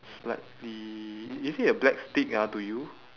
slightly is it a black stick ah to you